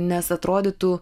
nes atrodytų